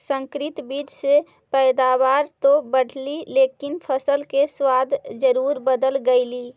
संकरित बीज से पैदावार तो बढ़लई लेकिन फसल के स्वाद जरूर बदल गेलइ